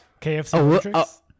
KFC